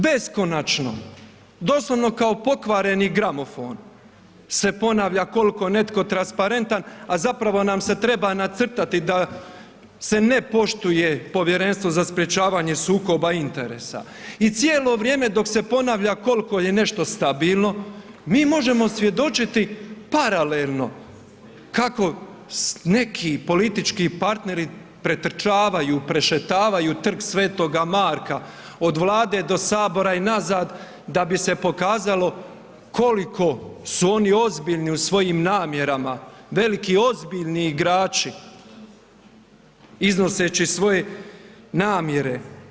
Beskonačno, kao pokvareni gramofon se ponavlja koliko je netko transparentan a zapravo nam se treba nacrtati da se ne poštuje Povjerenstvo za sprječavanje sukoba interesa i cijelo vrijeme dok se ponavlja koliko je nešto stabilno, mi možemo svjedočiti paralelno kako neki politički partneri pretrčavaju, prešetavaju Trg Sv. Marka, od Vlade do Sabora i nazad da bi se pokazalo koliko su oni ozbiljni u svojim namjerama, veliki ozbiljni igrači iznoseći svoje namjere.